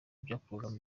byakorwaga